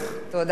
תודה רבה.